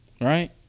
right